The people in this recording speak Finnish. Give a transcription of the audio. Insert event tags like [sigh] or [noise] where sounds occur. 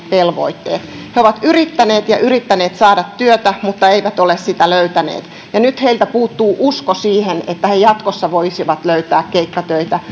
velvoitteet he ovat yrittäneet ja yrittäneet saada työtä mutta eivät ole sitä löytäneet ja nyt heiltä puuttuu usko siihen että he jatkossa voisivat löytää keikkatöitä [unintelligible]